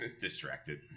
distracted